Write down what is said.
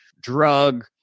drug